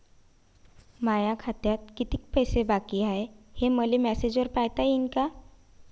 माया खात्यात कितीक पैसे बाकी हाय, हे मले मॅसेजन पायता येईन का?